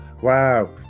wow